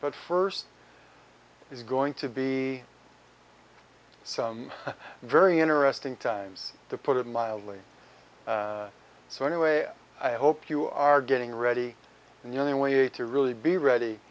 but first is going to be some very interesting times to put it mildly so anyway i hope you are getting ready and the only way to really be ready